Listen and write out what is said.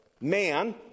man